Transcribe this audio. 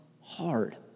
hard